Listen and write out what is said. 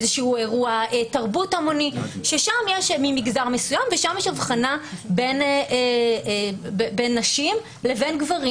אירוע תרבות המוני שיש שם ממגזר מסוים ויש הבחנה בין נשים לבין גברים,